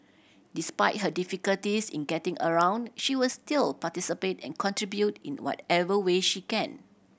despite her difficulties in getting around she will still participate and contribute in whatever way she can